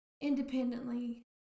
independently